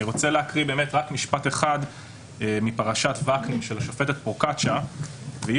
אני רוצה להקריא רק משפט אחד מפרשת ועקנין של השופטת פרוקצ'יה והיא